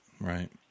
right